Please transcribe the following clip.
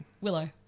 Willow